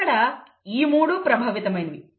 ఇక్కడ ఈ మూడు ప్రభావితమైనవి